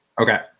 Okay